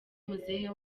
muzehe